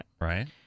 Right